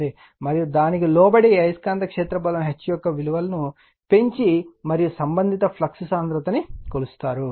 మరియు దానికి లోబడి అయస్కాంత క్షేత్ర బలం H యొక్క విలువలను పెంచి మరియు సంబంధిత ఫ్లక్స్ సాంద్రత B కొలుస్తారు